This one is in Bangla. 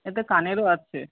এটা কানেরও আছে